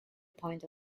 point